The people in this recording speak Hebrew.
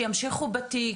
שימשיכו בתיק,